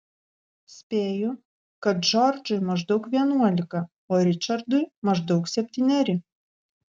spėju kad džordžui maždaug vienuolika o ričardui maždaug septyneri